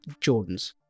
Jordans